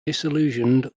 disillusioned